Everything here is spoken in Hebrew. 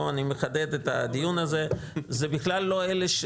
אני מחדד את הדיון הזה, זה בכלל לא ה-23,